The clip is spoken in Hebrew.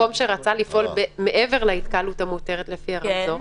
מקום שרצה לפעול מעבר להתקהלות המותרת לפי הרמזור,